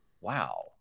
wow